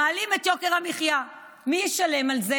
מעלים את יוקר המחיה, ומי ישלם על זה?